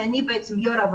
שאני עומדת בראשה,